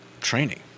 training